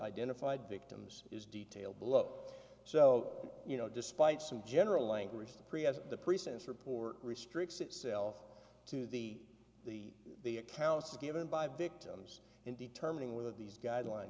identified victims is detail below so you know despite some general language to present the pre sentence report restricts itself to the the the accounts given by victims in determining whether these guidelines